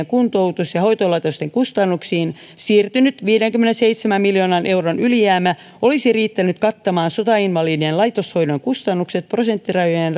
kuntoutus ja hoitolaitosten kustannuksiin siirtynyt viidenkymmenenseitsemän miljoonan euron ylijäämä olisi riittänyt kattamaan sotainvalidien laitoshoidon kustannukset prosenttirajojen